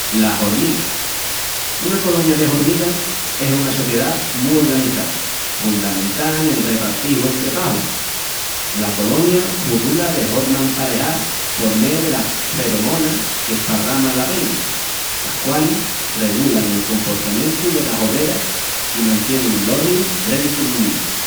La hormiga. Una coloña de hormigas es una sociedá mu organiçá hundamentá nel repartiju'l trebaju. La coloña furrula de horma emparejá por mé delas feronomas qu'esparrama la reina, las qualis regulan el comportamientu delas obreras i mantienin l'ordin drentu'l ñíu.